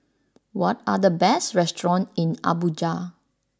what are the best restaurants in Abuja